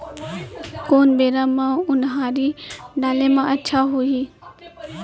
कोन बेरा म उनहारी डाले म अच्छा होही?